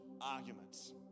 arguments